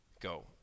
go